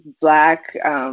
black